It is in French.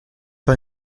par